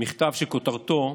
מכתב שכותרתו: